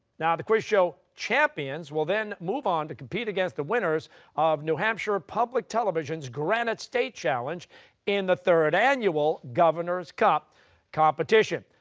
now, the quiz show champions will move on to compete against the winners of new hampshire public television's granite state challenge in the third annual governor's cup competition.